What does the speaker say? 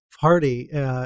Party